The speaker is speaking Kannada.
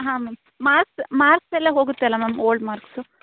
ಹಾಂ ಮ್ಯಾಮ್ ಮಾರ್ಕ್ಸ್ ಮಾರ್ಕ್ಸೆಲ್ಲ ಹೋಗುತ್ತಲ್ವ ಮ್ಯಾಮ್ ಓಲ್ಡ್ ಮಾರ್ಕ್ಸು